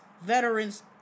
veterans